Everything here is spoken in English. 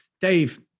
Dave